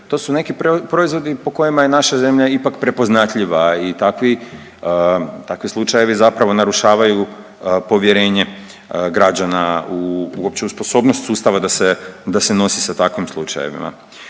to su neki proizvodi po kojima je naša zemlja ipak prepoznatljiva i takvi slučajevi zapravo narušavaju povjerenje građana uopće u sposobnost sustava da se nosi sa takvim slučajevima.